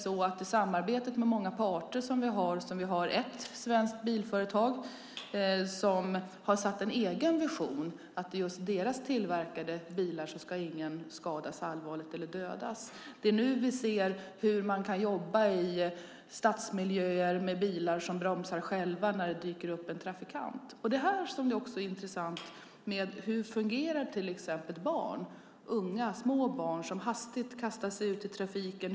Vi har ett svenskt bilföretag som har en egen vision om att i just deras bilar ska ingen skadas allvarligt eller dödas. Det är nu vi ser hur man kan jobba i stadsmiljöer med bilar som bromsar själva när det dyker upp en trafikant. Det är också intressant att se hur små barn fungerar när de hastigt kastar sig ut i trafiken.